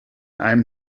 einem